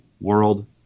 World